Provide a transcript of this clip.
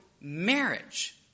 marriage